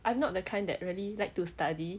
I'm not the kind that really like to study